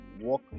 walk